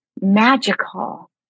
magical